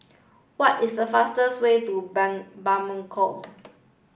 what is the fastest way to Bamako